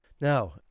Now